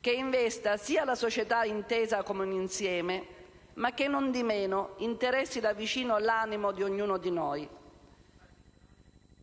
che investa sia la società intesa come un insieme e che, nondimeno, interessi da vicino l'animo di ognuno di noi.